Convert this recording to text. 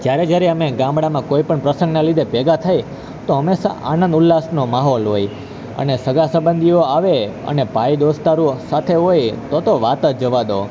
જ્યારે જ્યારે અમે ગામડામાં કોઈ પણ પ્રસંગના લીધે ભેગા થઈ તો હંમેશાં આનંદ ઉલ્લાસનો માહોલ હોય અને સગા સબંધીઓ આવે અને ભાઈ દોસ્તાર સાથે હોય તો તો વાત જ જવા દો